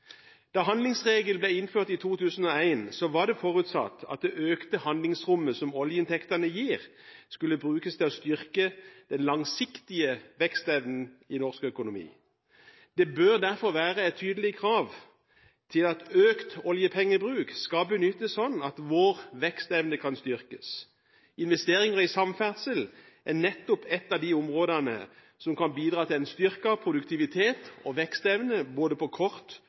Da handlingsregelen ble innført i 2001, ble det forutsatt at det økte handlingsrommet som oljeinntektene gir, skulle brukes til å styrke den langsiktige vekstevnen i norsk økonomi. Det bør derfor være et tydelig krav til at økt oljepengebruk skal benyttes sånn at vår vekstevne kan styrkes. Investeringer i samferdsel er nettopp ett av de områdene som kan bidra til en styrket produktivitet og vekstevne på både kort og lang sikt. Utvidet bo- og arbeidsmarkedsregioner gjennom satsing på